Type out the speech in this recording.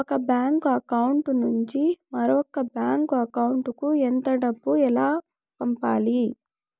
ఒక bank account నుంచి మరొక బ్యాంకు అకౌంట్ కు ఎంత డబ్బు ఎలా పంపాలి